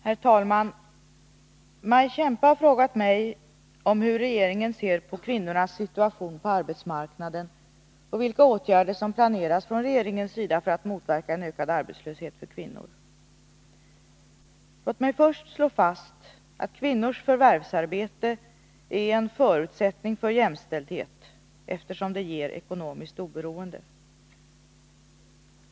Herr talman! Maj Kempe har frågat mig om hur regeringen ser på kvinnornas situation på arbetsmarknaden och vilka åtgärder som planeras från regeringens sida för att motverka en ökad arbetslöshet för kvinnor. Låt mig först slå fast att kvinnors förvärvsarbete är en förutsättning för jämställdhet, eftersom det ger ekonomiskt oberoende.